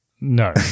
No